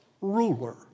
ruler